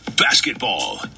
Basketball